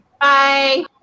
Bye